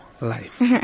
life